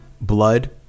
blood